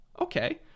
Okay